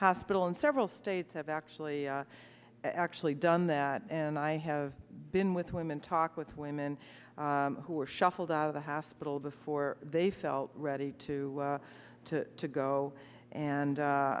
hospital in several states have actually actually done that and i have been with women talk with women who are shuffled out of the hospital before they felt ready to to to go and